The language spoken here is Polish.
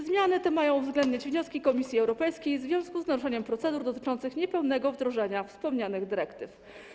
Zmiany te mają uwzględniać wnioski Komisji Europejskiej w związku z naruszeniem procedur dotyczącym niepełnego wdrożenia wspomnianych dyrektyw.